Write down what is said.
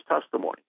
testimony